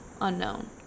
unknown